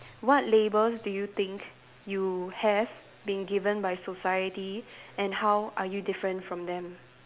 what labels do you think you have been given by society and how are you different from them